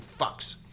fucks